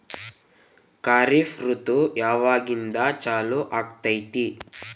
ಖಾರಿಫ್ ಋತು ಯಾವಾಗಿಂದ ಚಾಲು ಆಗ್ತೈತಿ?